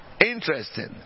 Interesting